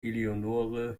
eleonore